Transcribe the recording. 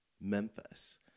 Memphis